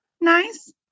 Nice